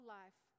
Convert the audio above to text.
life